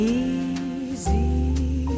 easy